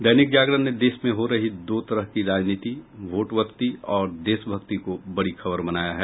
दैनिक जागरण ने देश में हो रही दो तरह की राजनीति वोट भक्ति और देश भक्ति को बड़ी खबर बनाया है